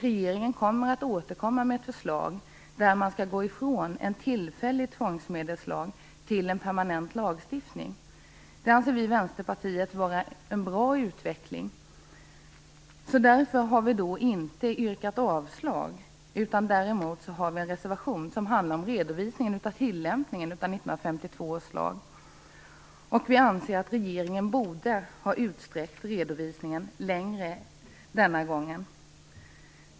Regeringen kommer att återkomma med ett förslag där man skall gå ifrån en tillfällig tvångsmedelslag till en permanent lagstiftning. Det anser vi i Vänsterpartiet vara en bra utveckling. Därför har vi inte yrkat avslag på hemställan i betänkandet. Däremot har vi en reservation som handlar om redovisningen av tillämpningen av 1952 års lag. Vi anser att regeringen borde ha utsträckt redovisningen längre denna gång.